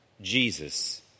Jesus